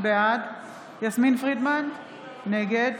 בעד יסמין פרידמן, נגד